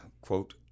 quote